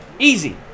easy